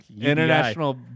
international